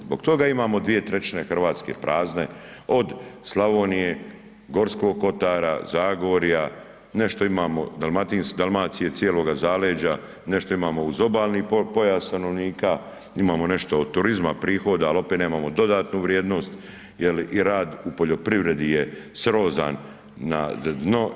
Zbog toga imamo 2/3 Hrvatske prazne od Slavonije, Gorskog Kotara, Zagorja, nešto imamo Dalmacije, cijeloga zaleđa, nešto imamo uz obalni pojas stanovnika, imamo nešto od turizma prihoda ali opet nemamo dodatnu vrijednost jer i rad u poljoprivredi je srozan na dno.